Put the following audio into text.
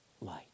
light